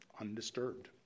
undisturbed